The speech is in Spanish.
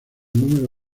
número